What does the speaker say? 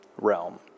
realm